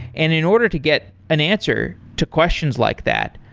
and in order to get an answer to questions like that,